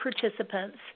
participants